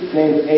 named